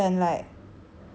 我会 and like